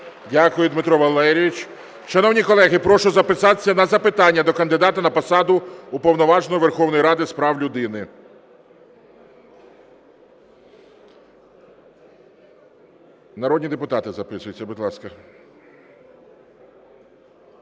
Дякую, Дмитро Валерійович. Шановні колеги, прошу записатися на запитання до кандидата на посаду Уповноваженого Верховної Ради з прав людини. Народні депутати записуються, будь ласка.